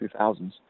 2000s